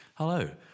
Hello